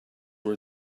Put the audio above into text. were